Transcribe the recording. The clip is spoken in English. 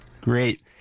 Great